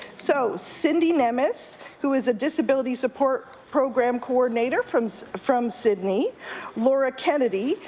so cindy nemis who is a disability support program coordinator from so from sydney laura kennedy,